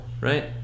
right